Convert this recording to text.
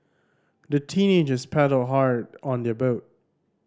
the teenagers paddled hard on their boat